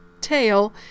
tail